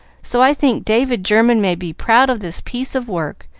so i think david german may be proud of this piece of work,